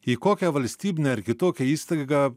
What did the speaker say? į kokią valstybinę ar kitokią įstaigą